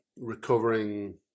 recovering